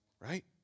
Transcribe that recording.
Right